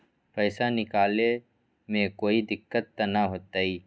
पैसा निकाले में कोई दिक्कत त न होतई?